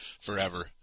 forever